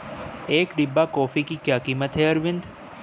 एक डिब्बा कॉफी की क्या कीमत है अरविंद?